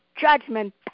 judgment